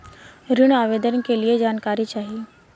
ऋण आवेदन के लिए जानकारी चाही?